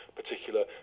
particular